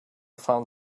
found